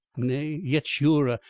nay, yet surer,